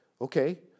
Okay